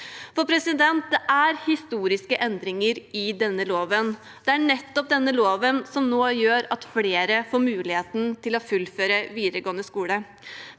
over tid. Det er historiske endringer i denne loven. Det er nettopp denne loven som nå gjør at flere får muligheten til å fullføre videregående skole.